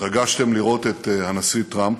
התרגשתם לראות את הנשיא טראמפ,